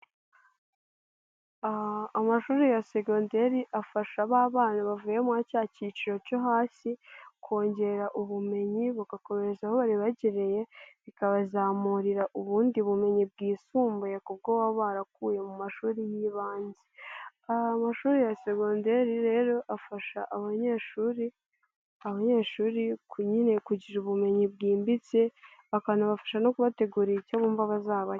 Amashuri ya segonderi afasha ba bana bavuyemo cya cyiciro cyo hasi kongera ubumenyi bugakomereza aho bibakereye bikabazamurira ubundi bumenyi bwisumbuye kuko baba barakuwe mu mashuri y'ibanze. Amashuri ya segonderi rero afasha abanyeshuri abanyeshuri nyine kugira ubumenyi bwimbitse, bakanabafasha no kubategurira icyo bumva bazaba cyo.